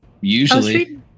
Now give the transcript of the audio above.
usually